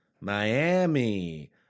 Miami